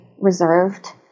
reserved